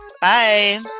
Bye